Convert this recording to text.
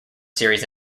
series